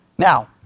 Now